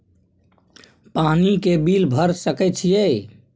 पानी के बिल भर सके छियै?